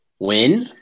Win